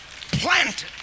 planted